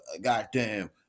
goddamn